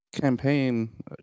campaign